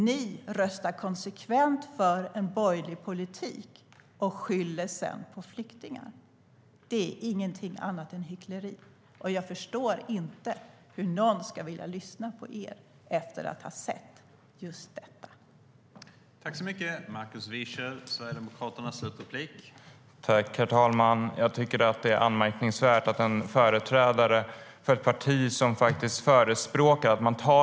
Ni röstar konsekvent för en borgerlig politik och skyller sedan på flyktingar. Det är ingenting annat än hyckleri, och jag förstår inte hur någon ska vilja lyssna på er efter att ha sett just detta.